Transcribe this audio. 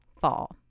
fall